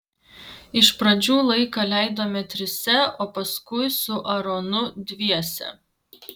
iš pradžių laiką leidome trise o paskui su aaronu dviese